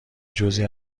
جزعی